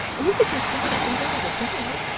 and if it was dark and rather dull,